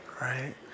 right